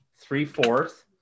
Three-fourths